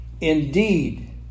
Indeed